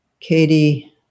Katie